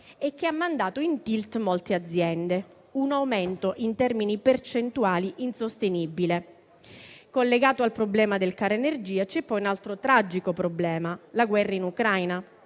e che ha mandato in *tilt* molte aziende: un aumento in termini percentuali insostenibile. Collegato al problema del caro energia c'è poi un altro tragico problema: la guerra in Ucraina.